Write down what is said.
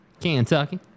kentucky